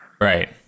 Right